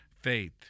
Faith